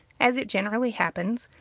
as it generally happens,